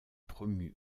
promu